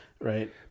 Right